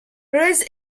res